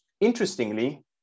Interestingly